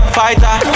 fighter